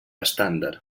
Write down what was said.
estàndard